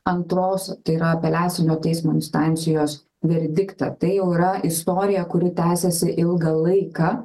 antros tai yra apeliacinio teismo instancijos verdiktą tai jau yra istorija kuri tęsiasi ilgą laiką